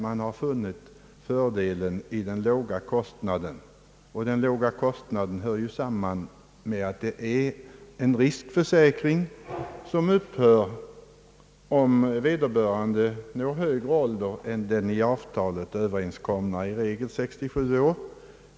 Man har funnit fördelen i den låga kostnaden, och den låga kostnaden hör samman med att det är en riskförsäkring som upphör när vederbörande överskrider den i avtalet överenskomna åldern, i regel 67 år.